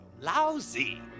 Lousy